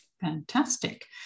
Fantastic